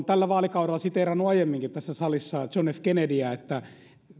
tällä vaalikaudella siteerannut aiemminkin tässä salissa john f kennedyä että